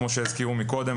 כמו שהזכירו מקודם,